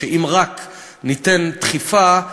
שאם רק ניתן דחיפה,